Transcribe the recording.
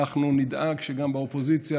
אנחנו נדאג שגם באופוזיציה,